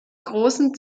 großen